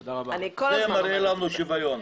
זה מראה לנו שוויון.